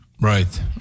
Right